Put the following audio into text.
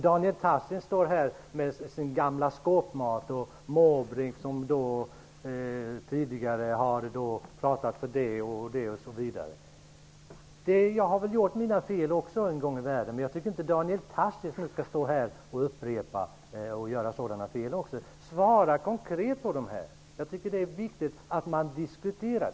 Daniel Tarschys står här i kammaren och talar om gammal skåpmat och om Måbrink som tidigare har talat för det här och det där. Jag har väl också gjort mina fel en gång i världen, men jag tycker inte att Daniel Tarschys nu skall stå här och också han göra sådana fel. Svara konkret på mina frågor! Jag tycker att det är viktigt att man diskuterar.